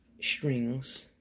strings